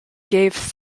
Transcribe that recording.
gave